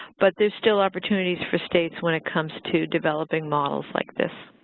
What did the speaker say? but there's still opportunities for states when it comes to developing models like this.